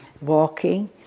Walking